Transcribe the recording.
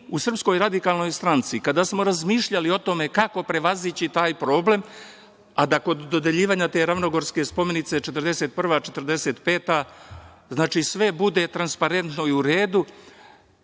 je obrazloženje. Mi u SRS kada smo razmišljali o tome kako prevazići taj problem, a da kod dodeljivanja te Ravnogorske spomenice 1941-1945. sve bude transparentno i u redu,